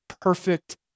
perfect